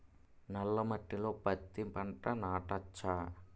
నల్ల మట్టిలో పత్తి పంట నాటచ్చా?